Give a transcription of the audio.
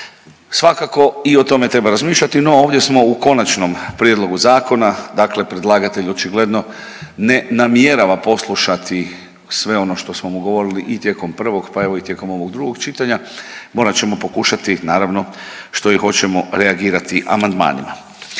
Svakako i o tome treba razmišljati, no ovdje smo u konačnom prijedlogu zakona, dakle predlagatelj očigledno ne namjerava poslušati sve ono što smo mu govorili i tijekom prvog, pa evo i tijekom ovog drugog čitanja, morat ćemo pokušati, naravno, što i hoćemo, reagirati amandmanima.